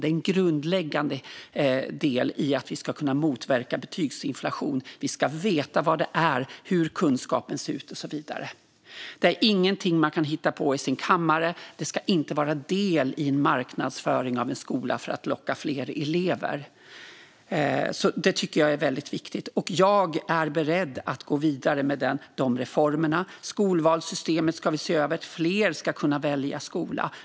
Detta är en grundläggande del i att motverka betygsinflation. Vi ska veta vad det är, hur kunskapen ser ut och så vidare. Detta är inte någonting man kan hitta på i sin kammare. Det ska inte vara en del i marknadsföringen av en skola för att locka fler elever. Detta tycker jag är väldigt viktigt, och jag är beredd att gå vidare med dessa reformer. Skolvalssystemet ska vi se över. Fler ska kunna välja skola.